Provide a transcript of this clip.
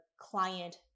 client